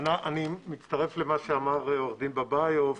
אני מצטרף למה שאמר עו"ד בביוף.